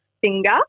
finger